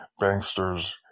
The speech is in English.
banksters